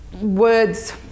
words